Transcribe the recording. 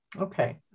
Okay